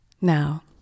now